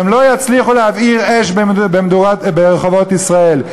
והם לא יצליחו להבעיר אש ברחובות ישראל.